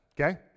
okay